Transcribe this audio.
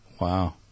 wow